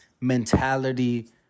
mentality